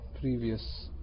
previous